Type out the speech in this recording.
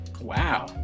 wow